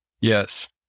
Yes